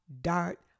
dart